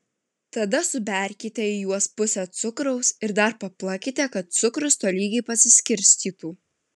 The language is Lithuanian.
tada suberkite į juos pusę cukraus ir dar paplakite kad cukrus tolygiai pasiskirstytų